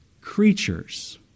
creatures